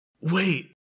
Wait